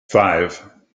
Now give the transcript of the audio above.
five